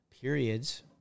periods